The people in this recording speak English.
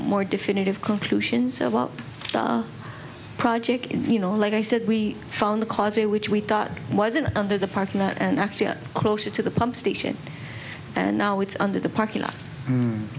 more definitive conclusions about the project you know like i said we found the causeway which we thought was an under the parking lot and actually closer to the pump station and now it's under the parking